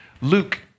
Luke